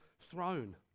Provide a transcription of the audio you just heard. throne